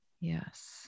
Yes